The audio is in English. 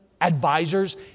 advisors